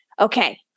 Okay